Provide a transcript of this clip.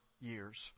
years